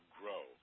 grow